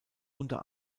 unter